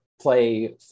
play